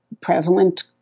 prevalent